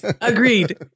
Agreed